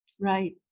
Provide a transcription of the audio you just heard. Right